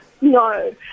No